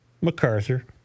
MacArthur